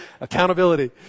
Accountability